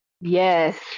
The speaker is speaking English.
Yes